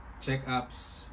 checkups